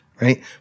right